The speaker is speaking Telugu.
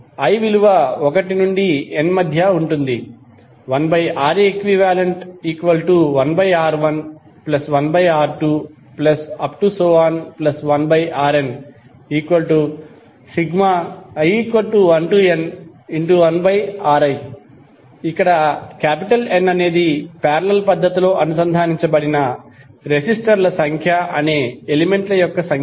i విలువ 1 నుండి N మధ్య ఉంటుంది 1Req1R11R21Rni1n1Ri ఇక్కడ N అనేది పారేలల్ పద్ధతిలో అనుసంధానించబడిన రెసిస్టర్ల సంఖ్య అనే ఎలిమెంట్ల యొక్క సంఖ్య